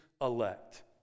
elect